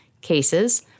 cases